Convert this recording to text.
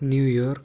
New York